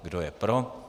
Kdo je pro?